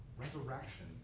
Resurrection